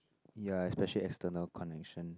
ya especially external connection